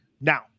Now